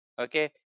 okay